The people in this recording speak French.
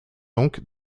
donc